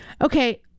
Okay